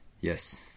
Yes